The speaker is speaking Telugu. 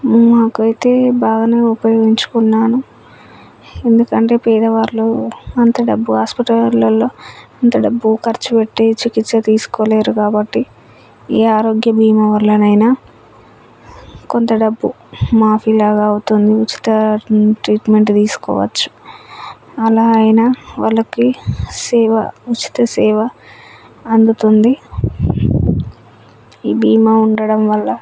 నాకైతే బాగానే ఉపయోగించుకున్నాను ఎందుకంటే పేద వాళ్ళు అంత డబ్బు హాస్పిటల్లలో అంత డబ్బు ఖర్చు పెట్టి చికిత్స తీసుకోలేరు కాబట్టి ఈ ఆరోగ్య బీమా వల్లనైనా కొంత డబ్బు మాఫిలాగా అవుతుంది ఉచిత ట్రీట్మెంట్ తీసుకోవచ్చు అలా అయినా వాళ్ళకి సేవ ఉచిత సేవ అందుతుంది ఈ బీమా ఉండడం వల్ల